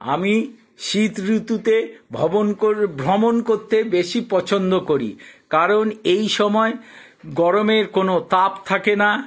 আমি শীত ঋতুতে ভ্রমণ করতে বেশি পছন্দ করি কারণ এই সময় গরমের কোনো তাপ থাকে না